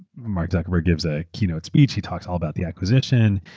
mark zuckerburg gives a keynote speech. he talks all about the acquisition,